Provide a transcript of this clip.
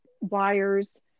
wires